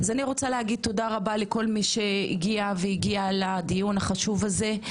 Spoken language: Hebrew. אז אני רוצה להגיד תודה רבה לכל מי שהגיע והגיעה לדיון החשוב הזה,